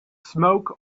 smoke